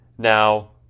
Now